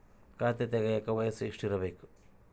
ಖಾತೆ ತೆಗೆಯಕ ವಯಸ್ಸು ಎಷ್ಟಿರಬೇಕು?